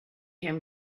him